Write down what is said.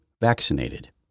vaccinated